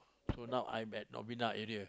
so now I'm at Novena area